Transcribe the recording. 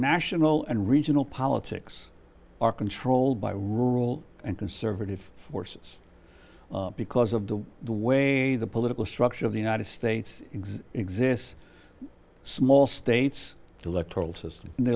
national and regional politics are controlled by rule and conservative forces because of the the way the political structure of the united states igs exists small states electoral system